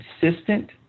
consistent